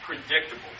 predictable